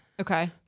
Okay